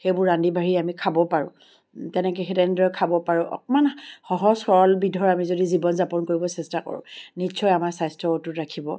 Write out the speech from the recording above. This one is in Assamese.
সেইবোৰ ৰান্ধি বাঢ়ি আমি খাব পাৰোঁ তেনেকৈ সেই তেনেদৰে খাব পাৰোঁ অকণমান সহজ সৰল বিধৰ যদি আমি জীৱন যাপন কৰিব চেষ্টা কৰোঁ নিশ্চয় আমাৰ স্বাস্থ্য অটুট ৰাখিব